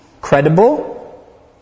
credible